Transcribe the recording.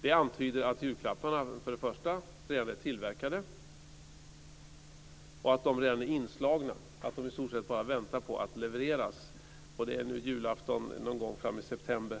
Det antyder att julklapparna redan är tillverkade och inslagna och i stort sett bara väntar på att levereras - det är julafton någon gång i september.